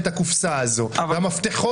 איילת דיברה על פרסום, ואם אין התנגדות.